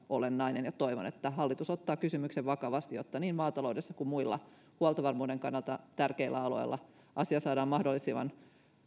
olennainen toivon että hallitus ottaa kysymyksen vakavasti jotta niin maataloudessa kuin muilla huoltovarmuuden kannalta tärkeillä aloilla asia saadaan mahdollisimman